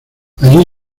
allí